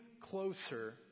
closer